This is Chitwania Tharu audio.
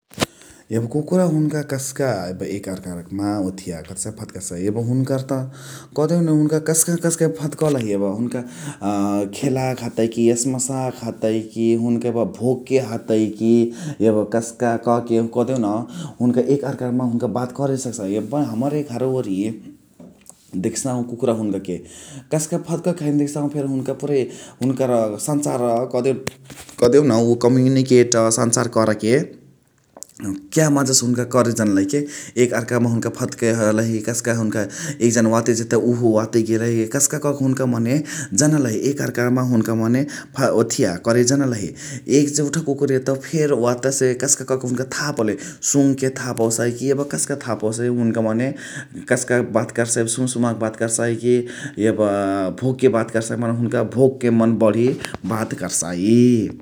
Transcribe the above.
यबा कुकुरा हुनुका कस्का यब एकरमा ओथिय क्ठीकअहसै फद्कसै । अबा हुनुकर त कदेउन कस्क फद्कलही । हुनुका खेलके हतैकी एस्मसके हतैकी हुनुका यबा भोग के हतैकी यबा कस्क कहाँके कदेउन हुनुका एक आरकामा हुन्क बत करेसक्सै । अबा हमरे घर ओरि देख्सहु कुकुरा हुनुका क्कस्क फद्कके हैने देख्सौहु फेरी हुनुका पुरैहुनुकर संचार कदेउन उवा कम्योउनिकेट संचार करा के क्यमजसे हुनुका करे जनलही के एक आर्क म हुनुका क फद्कके हलही कस्कएक्जना ओते जतै उहो वाते गेलही । कस्क कके हुनुका मने जनलही । एक आर्क म मने हुनुका ओथी कर जनलही । एउत कुकुर एतौ फेरी वटासे कस्क कहाँके हुनुका थाहा पौले सुङ केथ पौसैकी । अबा कस्क था पौसै मने कस्क बात कै सुम्सुम के बात कैसैकी । याब बोक क बात कैसै किहुनुका मने बढी वोक के बात कैसै ।